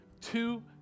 two